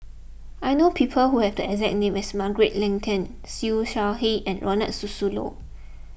I know people who have the exact name as Margaret Leng Tan Siew Shaw Her and Ronald Susilo